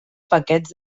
paquets